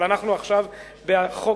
אבל אנחנו עכשיו בחוק,